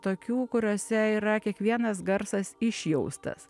tokių kuriose yra kiekvienas garsas išjaustas